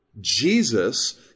Jesus